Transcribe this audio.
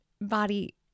body